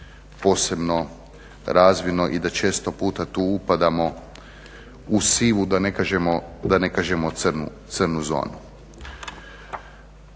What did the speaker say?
posebno razvidno i da često puta tu upadamo u sivu da ne kažemo crnu zonu.